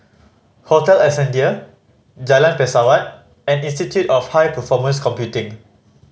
Hotel Ascendere Jalan Pesawat and Institute of High Performance Computing